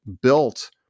built